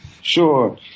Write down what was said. Sure